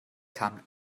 kann